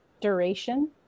duration